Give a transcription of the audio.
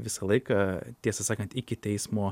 visą laiką tiesą sakant iki teismo